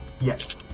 Yes